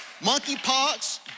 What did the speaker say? Monkeypox